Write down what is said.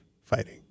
fighting